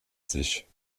sich